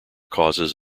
causes